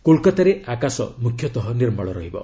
କୋଲକାତାରେ ଆକାଶ ମୁଖ୍ୟତଃ ନିର୍ମଳ ରହିବ